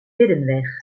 middenweg